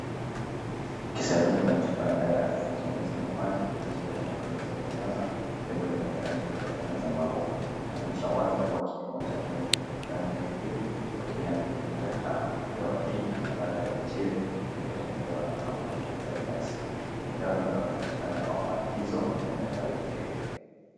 Kisanduku na chupa ya dawa ya Azithromycin ya maji ajili ya matumizi ya kumeza. Lebo lenye rangi nyeupe na zambarau inaonyesha wazi kuwa kipimo chake ni miligramu mia mbili kwa kila milimita tano. Dawa hii ni ya ladha ya cherry na imetengenezwa na kampuni ya Zydus . Ni dawa inayopatikana kwa maagizo ya daktari pekee.